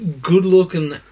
good-looking